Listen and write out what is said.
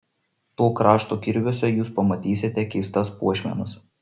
to krašto kirviuose jūs pamatysite keistas puošmenas